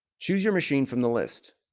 choose your machine from the list